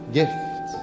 gift